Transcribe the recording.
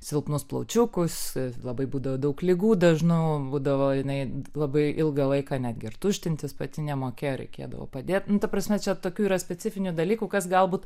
silpnus plaučiukus labai būdavo daug ligų dažnų būdavo jinai labai ilgą laiką netgi ir tuštintis pati nemokėjo reikėdavo padėt nu ta prasme čia tokių yra specifinių dalykų kas galbūt